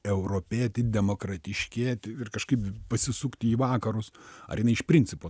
europėti demokratiškėti ir kažkaip pasisukti į vakarus ar jinai iš principo